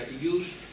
use